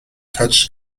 touch